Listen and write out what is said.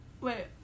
wait